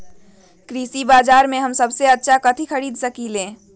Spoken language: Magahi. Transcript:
कृषि बाजर में हम सबसे अच्छा कथि खरीद सकींले?